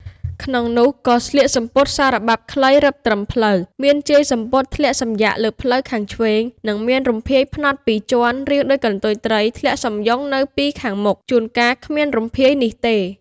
ក្នុងនោះ ក៏ស្លៀកសំពត់សារបាប់ខ្លីរឹបត្រឹមភ្លៅ មានជាយសំពត់ធ្លាក់សំយាកលើភ្លៅខាងឆ្វេង និងមានរំភាយផ្នត់ពីរជាន់រាងដូចកន្ទុយត្រីធ្លាក់សំយុងនៅពីខាងមុខ ជួនកាលគ្មានរំភាយនេះទេ។